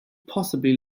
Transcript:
possibly